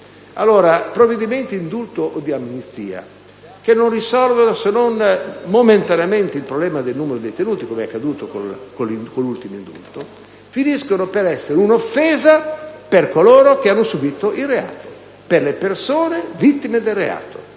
Allora, provvedimenti di indulto o di amnistia che non risolvono, se non momentaneamente, il problema del numero dei detenuti, come è accaduto per l'ultimo indulto, finiscono per essere un'offesa per coloro che hanno subito il reato, per le persone vittime del reato,